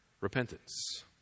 repentance